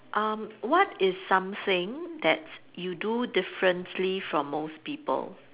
um what is something that you do differently from most people